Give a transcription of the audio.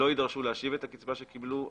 לא יידרשו להשיב את הקצבה שקיבלו,